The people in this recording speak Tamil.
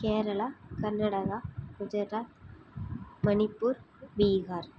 கேரளா கர்நாடகா குஜராத் மணிப்பூர் பீகார்